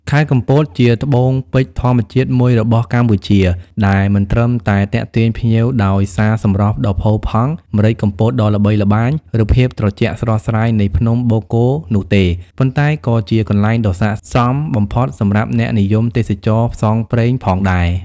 ខេត្តកំពតជាត្បូងពេជ្រធម្មជាតិមួយរបស់កម្ពុជា ដែលមិនត្រឹមតែទាក់ទាញភ្ញៀវដោយសារសម្រស់ដ៏ផូរផង់ ម្រេចកំពតដ៏ល្បីល្បាញ ឬភាពត្រជាក់ស្រស់ស្រាយនៃភ្នំបូកគោនោះទេ ប៉ុន្តែក៏ជាកន្លែងដ៏ស័ក្ដិសមបំផុតសម្រាប់អ្នកនិយមទេសចរណ៍ផ្សងព្រេងផងដែរ។